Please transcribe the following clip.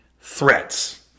threats